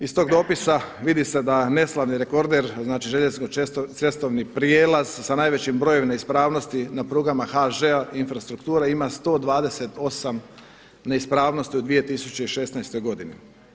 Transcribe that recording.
Iz tog dopisa vidi se da neslavni rekorde znači željezničko-cestovni prijelaz sa najvećim brojem neispravnosti na prugama HŽ Infrastrukture ima 128 neispravnosti u 2016. godini.